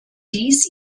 dies